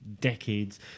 decades